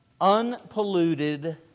unpolluted